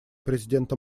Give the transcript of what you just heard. президента